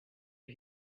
did